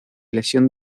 lesión